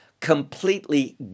completely